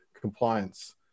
compliance